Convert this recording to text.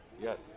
yes